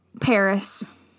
Paris